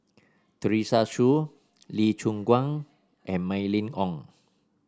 Teresa Hsu Lee Choon Guan and Mylene Ong